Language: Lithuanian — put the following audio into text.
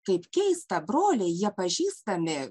kaip keista broliai jie pažįstami